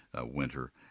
winter